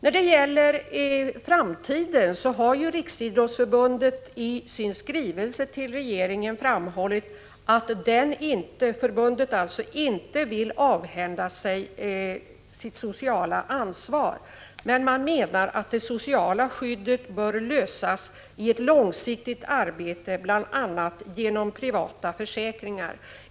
När det gäller framtiden har ju Riksidrottsförbundet i sin skrivelse till regeringen framhållit att förbundet inte vill avhända sig sitt sociala ansvar. Men man menar att frågan om det sociala skyddet bör lösas i ett långsiktigt arbete, bl.a. genom privata försäkringar.